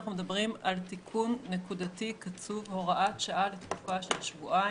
אנחנו מדברים על תיקון נקודתי קצוב בהוראת שעה לתקופה של שבועיים,